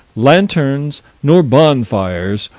lanterns, nor bonfires,